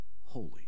holy